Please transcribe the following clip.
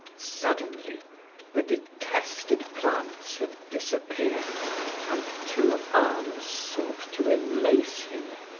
suddenly the detested plants had disappeared and two arms sought to enlace him.